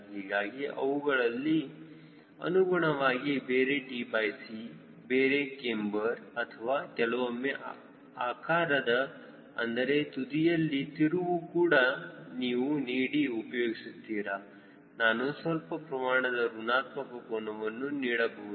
ಹೀಗಾಗಿ ಅವುಗಳಿಗೆ ಅನುಗುಣವಾಗಿ ಬೇರೆ tc ಬೇರೆ ಕ್ಯಾಮ್ಬರ್ ಅಥವಾ ಕೆಲವೊಮ್ಮೆ ಆಕಾರದಲ್ಲಿ ಅಂದರೆ ತುದಿಯಲ್ಲಿ ತಿರುವು ಕೂಡ ನೀವು ನೀಡಿ ಉಪಯೋಗಿಸುತ್ತೀರಾ ನಾನು ಸ್ವಲ್ಪ ಪ್ರಮಾಣದ ಋಣಾತ್ಮಕ ಕೋನವನ್ನು ನೀಡಬಹುದು